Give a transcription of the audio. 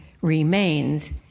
remains